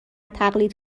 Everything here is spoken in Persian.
تقلید